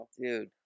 Dude